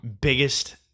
biggest